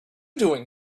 doing